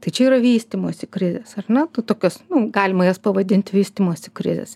tai čia yra vystymosi krizės ar ne nu tokios nu galima jas pavadint vystymosi krizės